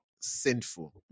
Sinful